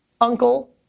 Uncle